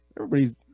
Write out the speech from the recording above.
everybody's